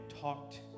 talked